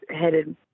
headed